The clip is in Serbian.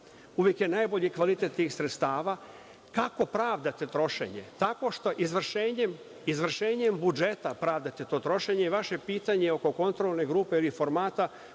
Uvek je najbolji kvalitet tih sredstava. Kako pravdate trošenje? Tako što izvršenjem budžeta pravdate to trošenje. Vaše pitanje oko kontrolne grupe diformata,